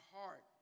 heart